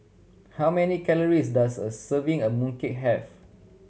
how many calories does a serving of mooncake have